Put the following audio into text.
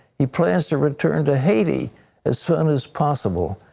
he plans to return to haiti as soon as possible.